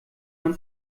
man